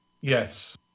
Yes